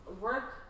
work